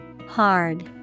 Hard